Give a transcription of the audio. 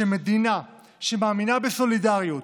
שמדינה שמאמינה בסולידריות,